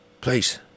Please